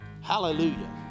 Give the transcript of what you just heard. Hallelujah